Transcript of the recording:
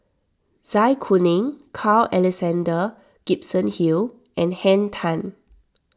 Zai Kuning Carl Alexander Gibson Hill and Henn Tan